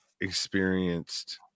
experienced